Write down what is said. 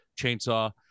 chainsaw